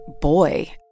boy